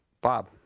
Bob